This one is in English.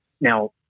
Now